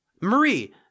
Marie